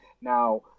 Now